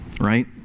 right